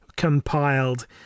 Compiled